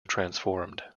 transformed